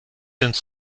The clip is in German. ins